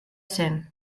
zen